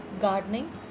gardening